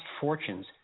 fortunes